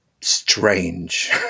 strange